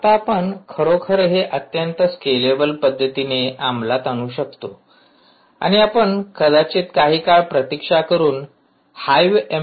आता आपण खरोखर हे अत्यंत स्केलेबल पद्धतीने अंमलात आणू शकतो आणि आपण कदाचित काही काळ प्रतीक्षा करून हाईव्ह एम